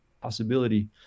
possibility